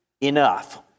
enough